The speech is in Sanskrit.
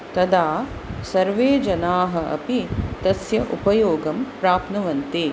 तदा सर्वे जनाः अपि तस्य उपयोगं प्राप्नुवन्ति